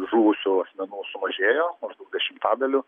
žuvusių asmenų sumažėjo maždaug dešimtadaliu